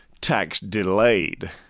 tax-delayed